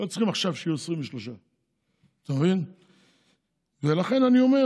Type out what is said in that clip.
לא צריך עכשיו שיהיו 23. ולכן אני אומר